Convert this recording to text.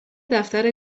دفتر